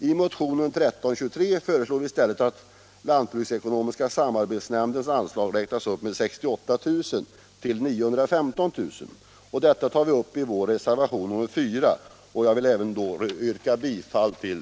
I motionen 1323 föreslår vi i stället att lantbruksekonomiska samarbetsnämndens anslag räknas upp med 68 000 kr. till 915 000 kr. Detta tar vi upp i vår reservation nr 4, som jag även vill yrka bifall till.